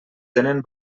tenen